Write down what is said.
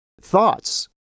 thoughts